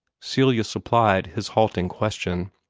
celia supplied his halting question.